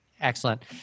Excellent